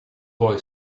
boy